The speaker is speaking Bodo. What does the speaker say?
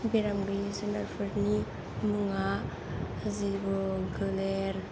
बेराम गैयै जुनारफोरनि मुङा जिबौ गोलेर